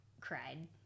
cried